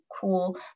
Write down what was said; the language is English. cool